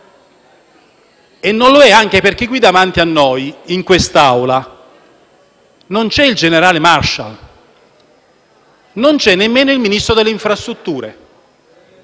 e non lo è anche perché qui davanti a noi in quest'Aula non c'è il generale Marshall; non c'è nemmeno il Ministro delle infrastrutture.